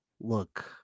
look